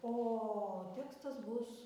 o tekstas bus